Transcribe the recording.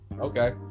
Okay